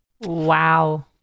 wow